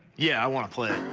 yeah, i want to play